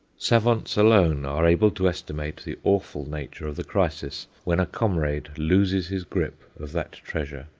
savants alone are able to estimate the awful nature of the crisis when a comrade looses his grip of that treasure.